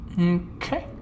Okay